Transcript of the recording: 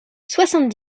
soixante